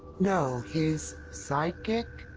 no, his. sidekick?